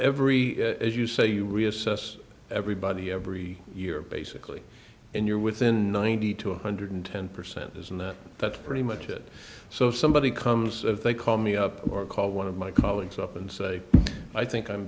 every as you say you reassess everybody every year basically and you're within ninety to one hundred ten percent isn't that that's pretty much it so if somebody comes if they call me up or call one of my colleagues up and say i think i'm